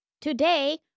Today